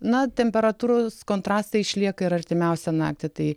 na temperatūros kontrastai išlieka ir artimiausią naktį tai